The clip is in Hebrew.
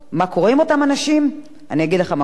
אני אגיד לך מה קורה אתם: הם מוותרים על הזכויות שלהם